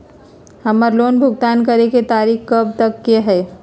हमार लोन भुगतान करे के तारीख कब तक के हई?